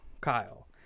Kyle